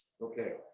okay